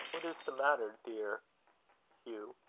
what is the matter, dear hugh?